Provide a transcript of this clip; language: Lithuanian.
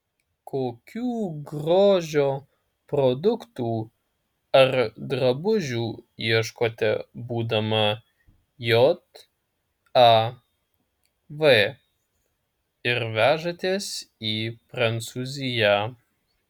kokių grožio produktų ar drabužių ieškote būdama jav ir vežatės į prancūziją